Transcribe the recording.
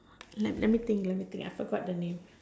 let let me think let me think I forgot the name